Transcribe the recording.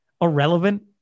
irrelevant